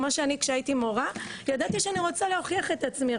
כמו שאני כשהייתי מורה ידעתי שאני רוצה להוכיח את עצמי,